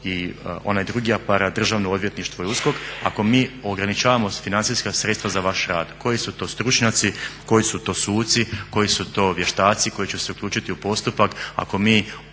i onaj drugi aparat državno odvjetništvo i USKOK ako mi ograničavamo financijska sredstva za vaš rad. Koji su to stručnjaci, koji su to suci, koji su to vještaci koji će se uključiti u postupak ako mi